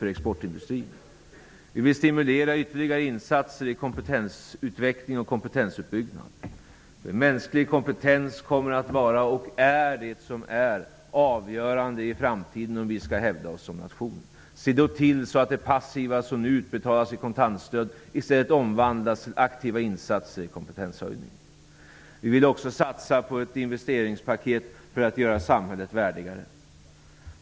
Vi vill stimulera ytterligare insatser när det gäller kompetensutveckling och kompetensutbyggnad. Mänsklig kompetens är, och kommer att vara, det avgörande i framtiden om vi skall hävda oss som nation. Då skall man se till att det som nu passivt utbetalas i kontantstöd i stället omvandlas till aktiva insatser i kompetenshöjningen. Vi vill också satsa på ett investeringspaket för att göra samhället värdigare.